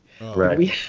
Right